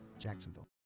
jacksonville